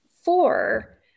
four